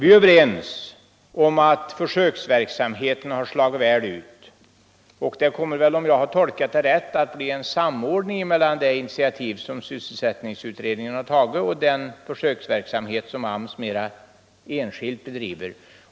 Vi är överens om att försöksverksamheten har slagit väl ut, och det kommer väl, om jag har tolkat det hela rätt, att bli en samordning mellan de initiativ som sysselsättningsutredningen tagit och den försöksverksamhet som AMS mer enskilt bedriver.